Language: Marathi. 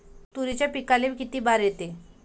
तुरीच्या पिकाले किती बार येते?